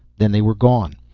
then they were gone.